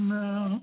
now